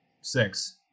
six